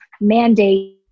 mandate